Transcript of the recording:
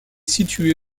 située